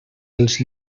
els